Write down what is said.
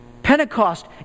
Pentecost